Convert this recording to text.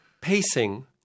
pacing